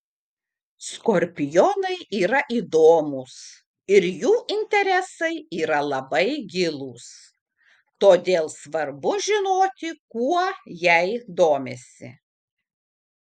skorpionai yra įdomūs ir jų interesai yra labai gilūs todėl svarbu žinoti kuo jei domisi